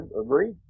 agree